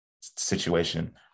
situation